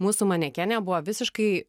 mūsų manekenė buvo visiškai